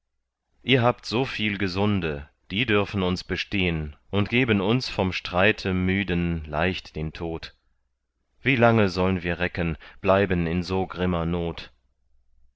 ihr habt so viel gesunde die dürfen uns bestehn und geben uns vom streite müden leicht den tod wie lange solln wir recken bleiben in so grimmer not